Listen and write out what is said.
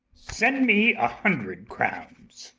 send me a hundred crowns.